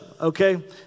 okay